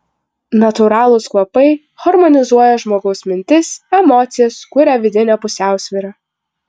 natūralūs kvapai harmonizuoja žmogaus mintis emocijas kuria vidinę pusiausvyrą